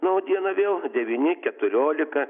nu o dieną vėl devyni keturiolika